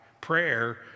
prayer